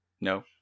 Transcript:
No